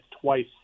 twice